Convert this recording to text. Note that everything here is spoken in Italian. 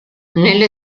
nelle